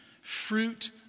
Fruit